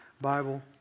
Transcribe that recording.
Bible